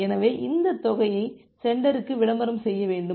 எனவே இந்த தொகையை சென்டருக்கு விளம்பரம் செய்ய வேண்டும்